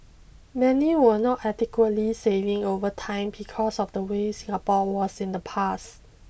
many were not adequately saving over time because of the way Singapore was in the past